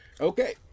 Okay